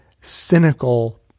cynical